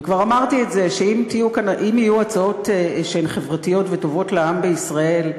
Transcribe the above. וכבר אמרתי שאם יהיו הצעות שהן חברתיות וטובות לעם בישראל,